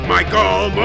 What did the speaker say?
Michael